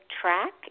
track